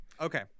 Okay